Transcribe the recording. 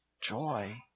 joy